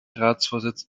ratsvorsitz